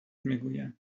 میگویند